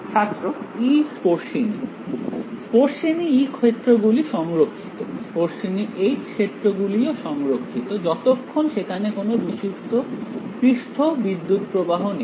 ছাত্র E স্পর্শিনী স্পর্শিনী E ক্ষেত্রগুলি সংরক্ষিত স্পর্শিনী H ক্ষেত্রগুলি ও সংরক্ষিত যতক্ষণ সেখানে কোনও খাঁটি পৃষ্ঠতল বিদ্যুৎপ্রবাহ নেই